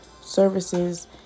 services